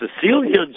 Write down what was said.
Cecilia